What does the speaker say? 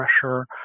pressure